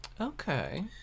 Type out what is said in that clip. Okay